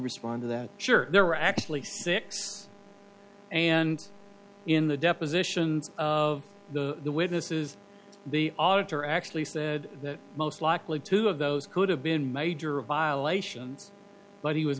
respond to that sure there are actually six and in the depositions of the witnesses the auditor actually said that most likely two of those could have been major violations but he was